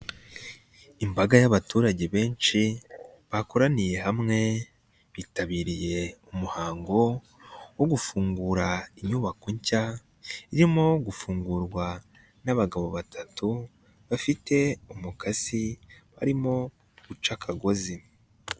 Imbaga y'abaturage benshi, bakoraniye hamwe. Bitabiriye umuhango wo gufungura inyubako nshya, irimo gufungurwa n'abagabo batatu bafite umukasi barimo gucakagozi.